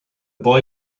boy